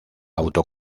auto